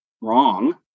wrong